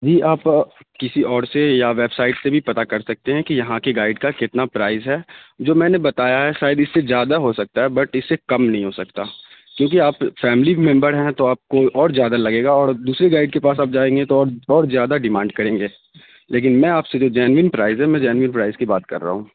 جی آپ کسی اور سے یا ویب سائٹ سے بھی پتہ کر سکتے ہیں کہ یہاں کے گائڈ کا کتنا پرائس ہے جو میں نے بتایا ہے شاید اس سے زیادہ ہو سکتا ہے بٹ اس سے کم نہیں ہو سکتا کیونکہ آپ فیملی ممبر ہیں تو آپ کو اور زیادہ لگے گا اور دوسرے گائڈ کے پاس آپ جائیں گے تو اور زیادہ ڈیمانڈ کریں گے لیکن میں آپ سے جو جینوئن پرائس ہے میں جینوئن پرائس کی بات کر رہا ہوں